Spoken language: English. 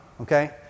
Okay